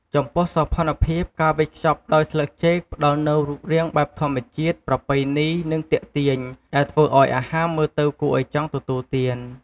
ចំពោះសោភ័ណភាព ការវេចខ្ចប់ដោយស្លឹកចេកផ្តល់នូវរូបរាងបែបធម្មជាតិ ប្រពៃណី និងទាក់ទាញ ដែលធ្វើឱ្យអាហារមើលទៅគួរឱ្យចង់ទទួលទាន។